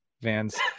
vans